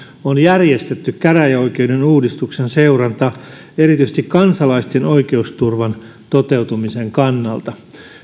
on järjestetty käräjäoikeusuudistuksen seuranta erityisesti kansalaisten oikeusturvan toteutumisen kannalta